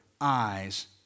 eyes